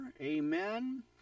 amen